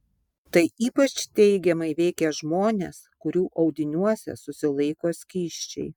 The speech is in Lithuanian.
tai ypač teigiamai veikia žmones kurių audiniuose susilaiko skysčiai